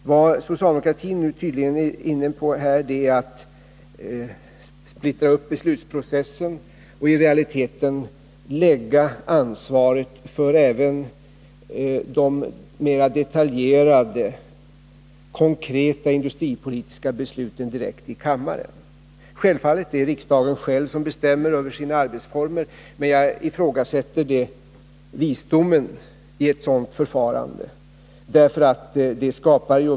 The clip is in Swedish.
Vad socialdemokratin nu tydligen är inne på är att splittra upp beslutsprocessen och i realiteten lägga ansvaret för även de mera detaljerade, konkreta industripolitiska besluten direkt i kammaren. Självfallet är det riksdagen själv som bestämmer över sina arbetsformer, men jag ifrågasätter visdomen i ett sådant förfarande.